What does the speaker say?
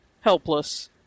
helpless